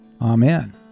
Amen